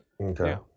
Okay